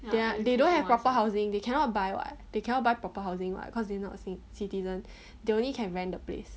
they are they don't have proper housing they cannot buy what they cannot buy proper housing what cause they not seen citizen they only can rent the place